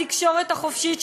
התקשורת החופשית,